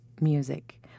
music